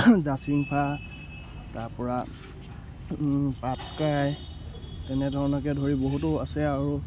জাচিংফা তাৰ পৰা পাটকাই তেনেধৰণকে ধৰি বহুতো আছে আৰু